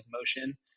motion